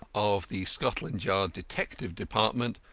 of the scotland yard detective department,